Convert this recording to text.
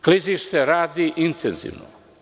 Klizište radi intenzivno.